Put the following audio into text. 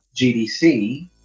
gdc